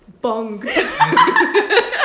bong